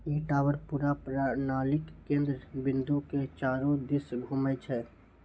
ई tower पूरा प्रणालीक केंद्र बिंदु के चारू दिस घूमै छै